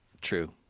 true